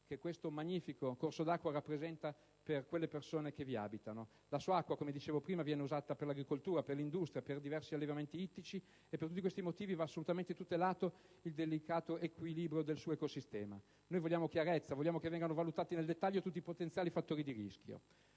che questo magnifico corso d'acqua rappresenta per le persone che vi abitano. La sua acqua, come dicevo prima, viene usata per l'agricoltura, per l'industria e per diversi allevamenti ittici; per tutti questi motivi, va assolutamente tutelato il delicato equilibrio del suo ecosistema. Noi vogliamo chiarezza, vogliamo che vengano valutati nel dettaglio tutti i potenziali fattori di rischio.